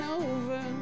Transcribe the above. over